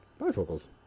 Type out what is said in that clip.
bifocals